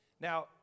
Now